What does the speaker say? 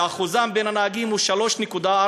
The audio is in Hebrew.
והאחוז שלהם בין הנהגים הוא 3.4%,